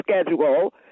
schedule